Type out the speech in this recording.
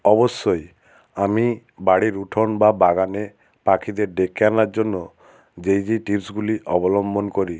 অবশ্যই আমি বাড়ির উঠোন বা বাগানে পাখিদের ডেকে আনার জন্য যেই যেই টিপসগুলি অবলম্বন করি